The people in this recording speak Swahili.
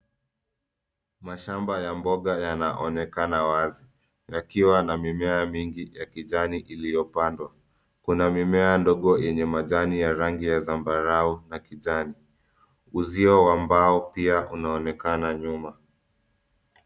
Mashamba ya mboga yanaonekana wazi yakiwa na mimea mingi ya kijani iliyo pandwa kuna mimea ndogo yenye majani ya rangi ya zambarau na kijani. Uzio wa mbao pia unaonekana nyuma.